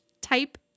type